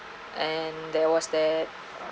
and there was that